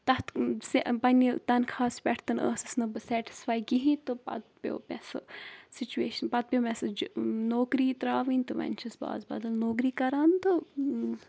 تَتھ سے پنٛنہِ تَنخواہَس پٮ۪ٹھ تِنہٕ ٲسٕس نہٕ بہٕ سیٚٹِٕسفاے کِہیٖنۍ تہٕ پَتہٕ پیوٚو مےٚ سُہ سُچویشَن پَتہٕ پیٚو مےٚ سُہ نوکری ترٛاوٕنۍ تہٕ وَنۍ چھَس بہٕ آز بَدَل نوکری کَران تہٕ